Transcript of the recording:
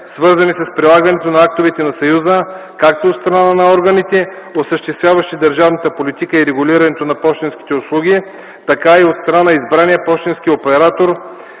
свързани с прилагането на актовете на съюза, както от страна на органите, осъществяващи държавната политика и регулирането на пощенските услуги, така и от страна на избрания пощенския оператор,